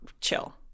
chill